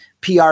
PR